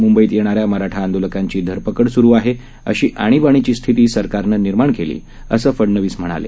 म्ंबईत येणाऱ्या मराठा आंदोलकांची धरपकड स्रु आहे अशी आणीबाणिची स्थिती सरकारनं निर्माण केली आहे असं फडनवीस म्हणाले